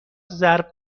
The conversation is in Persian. ضرب